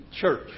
church